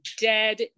dead